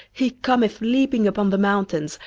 he cometh leaping upon the mountains,